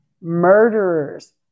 murderers